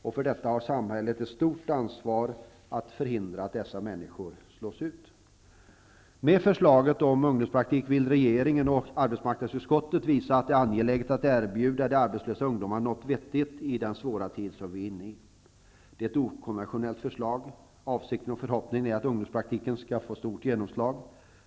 Samhället har ett stort ansvar att förhindra att dessa människor slås ut. Med förslaget om ungdomspraktik vill regeringen och arbetsmarknadsutskottet visa att det är angeläget att erbjuda de arbetslösa ungdomarna något vettigt i den svåra tid som vi är inne i. Det är ett okonventionellt förslag. Avsikten och förhoppningen är att ungdomspraktiken skall få stort genomslag.